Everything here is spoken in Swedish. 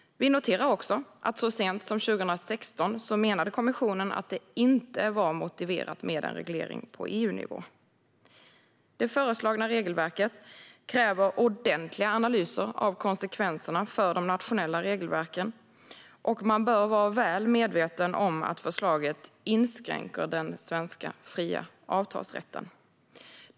Vi noterar också att så sent som 2016 menade kommissionen att det inte var motiverat med en reglering på EU-nivå. Det föreslagna regelverket kräver ordentliga analyser av konsekvenserna för de nationella regelverken. Man bör vara väl medveten om att förslaget inskränker den svenska fria avtalsrätten.